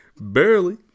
barely